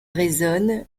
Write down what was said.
raisonne